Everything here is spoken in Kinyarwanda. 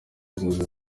inzozi